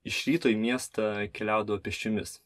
iš ryto į miestą keliaudavo pėsčiomis